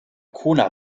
cunha